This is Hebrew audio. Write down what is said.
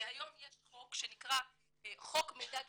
כי היום יש חוק שנקרא חוק מידע גנטי.